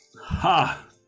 Ha